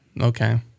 Okay